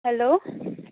hello